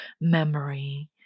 memory